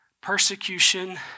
persecution